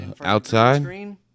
Outside